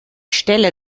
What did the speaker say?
stelle